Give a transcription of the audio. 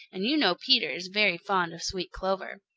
and you know peter is very fond of sweet clover.